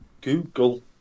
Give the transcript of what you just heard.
Google